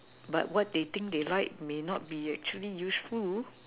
but what they think they like may not be actually useful